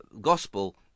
gospel